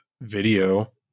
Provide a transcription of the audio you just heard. video